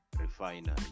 refinery